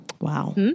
Wow